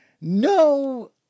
No